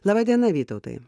laba diena vytautai